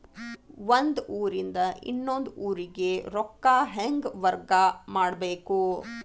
ಒಂದ್ ಊರಿಂದ ಇನ್ನೊಂದ ಊರಿಗೆ ರೊಕ್ಕಾ ಹೆಂಗ್ ವರ್ಗಾ ಮಾಡ್ಬೇಕು?